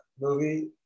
movie